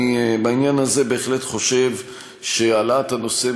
בעניין הזה אני בהחלט חושב שהעלאת הנושא,